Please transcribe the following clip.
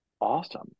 awesome